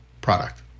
product